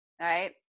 right